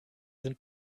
sind